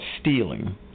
stealing